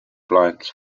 plans